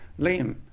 Liam